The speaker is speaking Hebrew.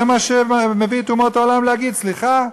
זה מה שמביא את אומות העולם להגיד: סליחה,